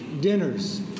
Dinners